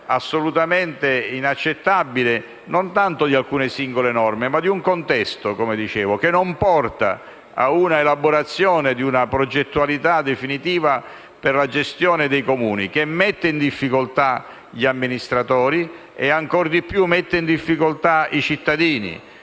assolutamente inaccettabile non tanto di singole norme, ma dell'intero contesto che, come dicevo, non porta all'elaborazione di una progettualità definitiva per la gestione dei Comuni e mette in difficoltà gli amministratori e, ancor di più, i cittadini.